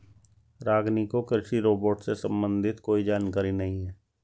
रागिनी को कृषि रोबोट से संबंधित कोई जानकारी नहीं है